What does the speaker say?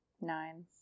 Nine